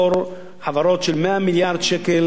לפטור חברות של 100 מיליארד שקל רווחים,